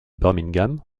birmingham